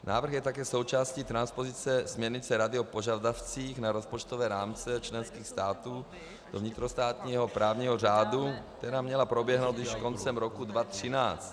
Návrh je také součástí transpozice směrnice Rady o požadavcích na rozpočtové rámce členských států do vnitrostátního právního řádu, která měla proběhnout již koncem roku 2013.